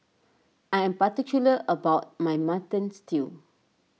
I am particular about my Mutton Stew